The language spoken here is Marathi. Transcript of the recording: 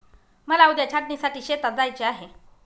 मला उद्या छाटणीसाठी शेतात जायचे आहे